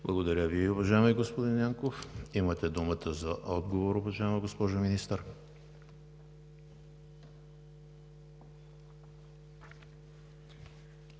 Благодаря Ви, уважаеми господин Янков. Имате думата за отговор, уважаема госпожо Министър.